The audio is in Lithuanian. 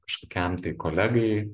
kažkokiam tai kolegai